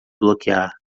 bloquear